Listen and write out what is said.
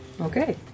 Okay